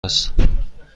هستم